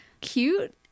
cute